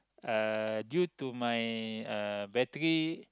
uh due to my uh battery